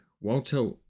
Walter